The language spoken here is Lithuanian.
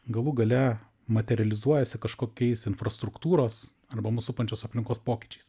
galų gale materializuojasi kažkokiais infrastruktūros arba mus supančios aplinkos pokyčiais